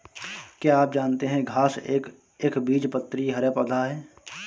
क्या आप जानते है घांस एक एकबीजपत्री हरा पौधा है?